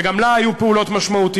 וגם לה היו פעולות משמעותיות.